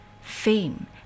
Fame